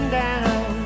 down